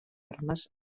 armes